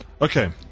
Okay